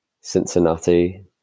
Cincinnati